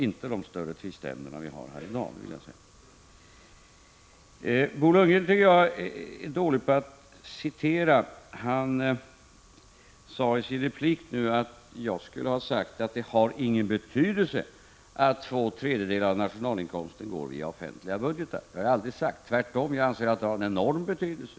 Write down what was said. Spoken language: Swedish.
Jag tycker att Bo Lundgren är dålig på att citera. I sin replik nyss sade han att jag skulle ha sagt att det inte har någon betydelse att två tredjedelar av nationalinkomsten går via den offentliga budgeten. Det har jag aldrig sagt. Tvärtom anser jag att det har en enorm betydelse.